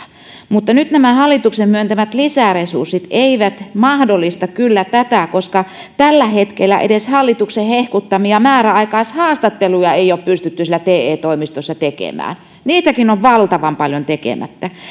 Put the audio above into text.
mutta nyt nämä hallituksen myöntämät lisäresurssit eivät mahdollista kyllä tätä koska tällä hetkellä edes hallituksen hehkuttamia määräaikaishaastatteluja ei ole pystytty siellä te toimistoissa tekemään niitäkin on valtavan paljon tekemättä